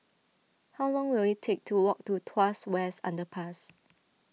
how long will it take to walk to Tuas West Underpass